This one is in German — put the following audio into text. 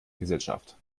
gesellschaft